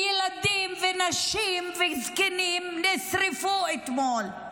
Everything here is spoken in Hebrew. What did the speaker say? ילדים, נשים וזקנים נשרפו אתמול.